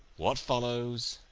what follows?